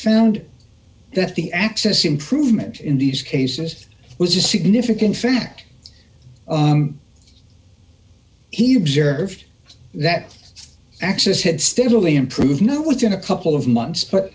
found that the access improvement in these cases was a significant fact he observed that access had steadily improved now within a couple of months